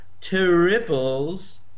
Triples